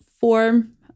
form